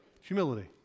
Humility